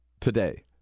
Today